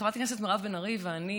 חברת הכנסת מירב בן ארי ואני,